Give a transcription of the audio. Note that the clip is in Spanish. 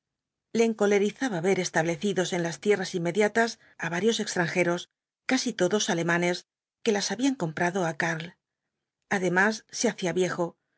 le encolerizaba ver establecidos en las tierras inmediatas á varios extranjeros casi todos alemanes que las habían comprado á karl además se hacía viejo